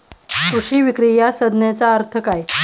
कृषी विक्री या संज्ञेचा अर्थ काय?